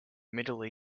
middle